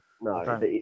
no